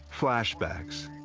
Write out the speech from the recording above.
flashbacks,